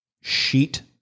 sheet